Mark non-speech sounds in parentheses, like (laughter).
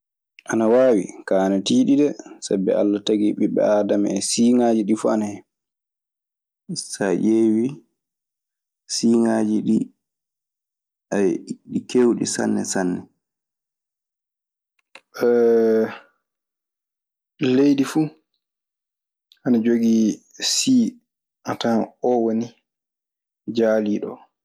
Ana waawi, kaa ana tiiɗi dee, sabi Alla tagii ɓiɓɓe aadama en, siiŋaaji ɗiifuu ana hen. So a ƴeewii siŋaaji ɗii, (hesitation) ɗi keewɗi sanne sanne. (hesitation) Leydi fu ana jogii sii a tawan oo woni jaaliiɗo oo.